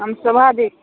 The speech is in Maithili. हम शोभाजी